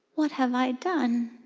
what have i done?